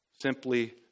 simply